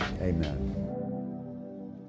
Amen